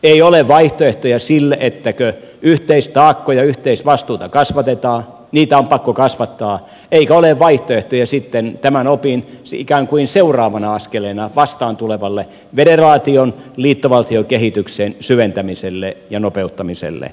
ei ole vaihtoehtoja sille että yhteistaakkoja yhteisvastuita kasvatetaan niitä on pakko kasvattaa eikä ole vaihtoehtoja sitten tämän opin ikään kuin seuraavana askeleena vastaan tulevalle federaation liittovaltiokehityksen syventämiselle ja nopeuttamiselle